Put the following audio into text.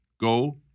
go